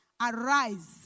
arise